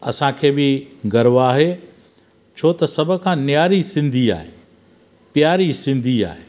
असांखे बि गर्व आहे छो त सभु खां न्यारी सिंधी आहे प्यारी सिंधी आहे